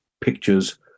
pictures